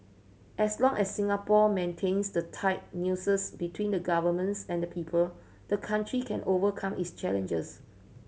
as long as Singapore maintains the tight nexus between the Governments and people the country can overcome its challenges